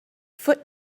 foot